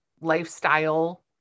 lifestyle